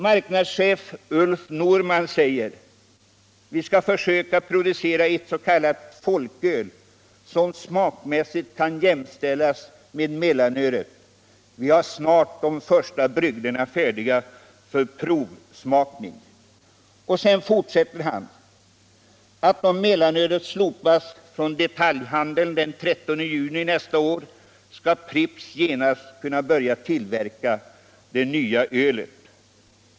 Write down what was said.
Marknadschef Ulf Norman säger att Pripps skall försöka producera ett s.k. folköl som smakmässigt kan jämställas med mellanölet och att de första brygderna snart är färdiga för provsmakning. Han påpekar också att om mellanölet slopas i detaljhandeln från den 30 juni nästa år kan Pripps genast börja tillverka det nya ölet.